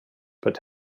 but